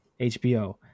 HBO